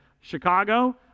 Chicago